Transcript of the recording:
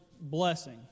blessing